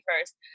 first